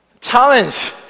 Challenge